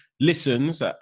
listens